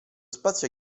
spazio